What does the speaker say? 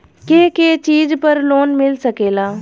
के के चीज पर लोन मिल सकेला?